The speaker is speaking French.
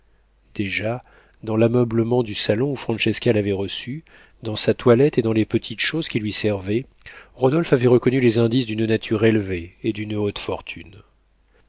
déjà dans l'ameublement du salon où francesca l'avait reçu dans sa toilette et dans les petites choses qui lui servaient rodolphe avait reconnu les indices d'une nature élevée et d'une haute fortune